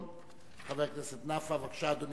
אדוני,